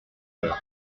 heure